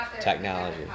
technology